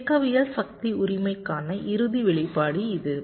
இயக்கவியல் சக்தி உரிமைக்கான இறுதி வெளிப்பாடு இது